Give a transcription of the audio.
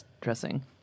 dressing